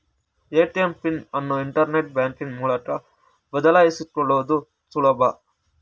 ATM PIN ಅನ್ನು internet banking ಮೂಲಕ ಬದಲಾಯಿಸಿಕೊಳ್ಳುದು ಸುಲಭ